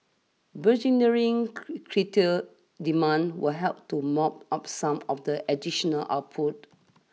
burgeoning crude demand will help to mop up some of the additional output